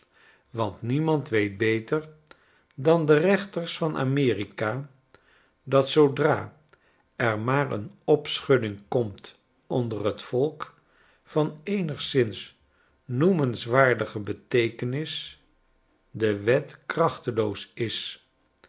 want niemand weetbeter danderechtersvana m e r i k a dat zoodra er maar een opschudding komt onder t volk van eenigszins noemenswaardige beteekenis de wet krachteloos is